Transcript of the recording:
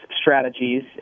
strategies